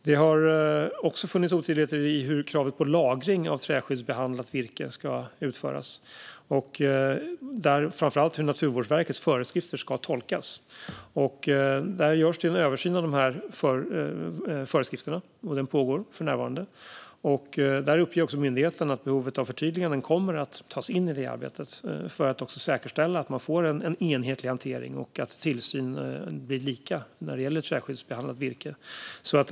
Det har också funnits otydligheter i hur kravet på lagring av träskyddsbehandlat virke ska utföras och framför allt hur Naturvårdsverkets föreskrifter ska tolkas. Det pågår för närvarande en översyn av dessa föreskrifter. Där uppger också myndigheten att behovet av förtydliganden kommer att tas in i detta arbete för att säkerställa att man får en enhetlig hantering och att tillsynen blir lika när det gäller träskyddsbehandlat virke.